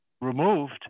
removed